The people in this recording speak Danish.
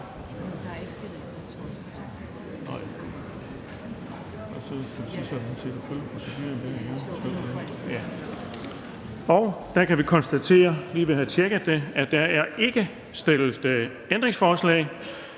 at have tjekket, at der ikke er stillet ændringsforslag.